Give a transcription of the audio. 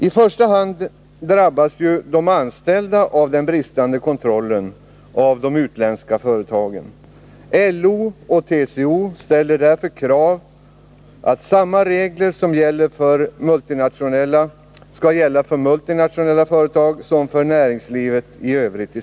I första hand drabbas de anställda av den bristande kontrollen av de utländska företagen. LO och TCO ställer därför krav på att samma regler skall gälla för multinationella företag som för näringslivet i övrigt.